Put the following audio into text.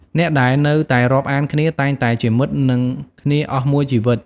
អ្នកដែលនៅតែរាប់អានគ្នា តែងតែជាមិត្តនឹងគ្នាអស់មួយជីវិត។